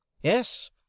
Yes